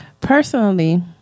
Personally